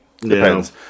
depends